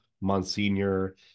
Monsignor